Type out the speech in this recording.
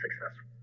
successful